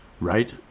Right